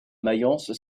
mayence